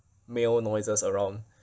male noises around